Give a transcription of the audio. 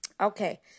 Okay